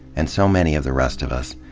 and so many of the rest of us,